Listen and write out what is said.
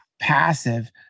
Passive